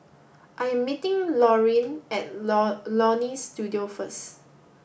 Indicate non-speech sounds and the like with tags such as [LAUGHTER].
I am meeting Laurene at [UNINTELLIGIBLE] Leonie Studio first